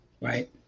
right